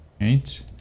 Right